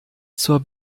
zur